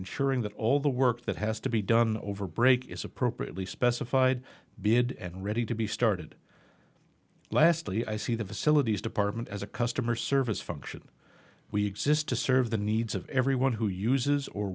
ensuring that all the work that has to be done over break is appropriately specified bid and ready to be started lastly i see the facilities department as a customer service function we exist to serve the needs of everyone who uses or